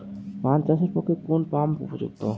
পান চাষের পক্ষে কোন পাম্প উপযুক্ত?